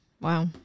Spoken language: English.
Wow